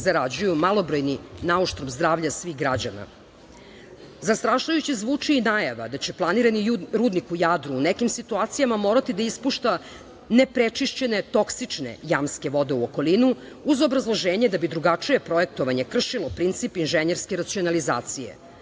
zarađuju malobrojni, nauštrb zdravlja svih građana. Zastrašujuće zvuči i najava da će planirani rudnik u Jadru u nekim situacijama morati da ispušta neprečišćene toksične jamske vode u okolinu, uz obrazloženje da bi drugačije projektovanje kršilo princip inženjerske racionalizacije.